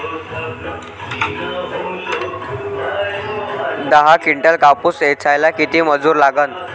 दहा किंटल कापूस ऐचायले किती मजूरी लागन?